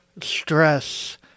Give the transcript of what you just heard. stress